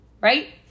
Right